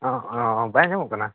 ᱚ ᱦᱚᱸ ᱵᱟᱝ ᱟᱸᱡᱚᱢᱚᱜ ᱠᱟᱱᱟ